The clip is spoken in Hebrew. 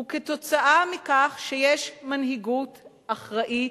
הוא כתוצאה מכך שיש מנהיגות אחראית,